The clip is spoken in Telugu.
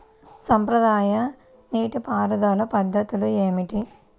సాంప్రదాయ నీటి పారుదల పద్ధతులు ఏమిటి?